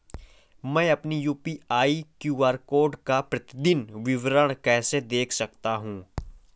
मैं अपनी UPI QR code का प्रतीदीन विवरण कैसे देख सकता हूँ?